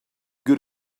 good